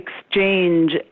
exchange